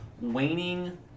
waning